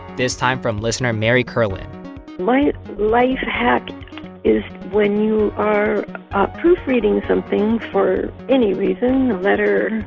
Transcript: this time from listener mary kerlin my life hack is when you are proofreading something for any reason a letter,